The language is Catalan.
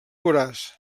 voraç